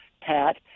Pat